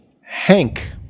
Hank